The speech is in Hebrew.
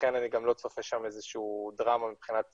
ולכן אני גם לא צופה שם איזה שהיא דרמה מבחינת תשואות.